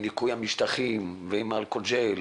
ניקוי המשטחים ואז היינו